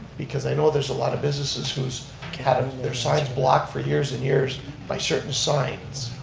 because i know there's a lot of businesses who's had their signs blocked for years and years by certain signs.